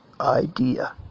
idea